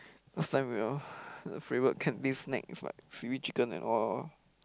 last time your favourite canteen snack is what seaweed chicken and or